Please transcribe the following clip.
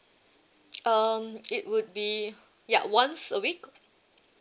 um it would be ya once a week